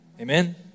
Amen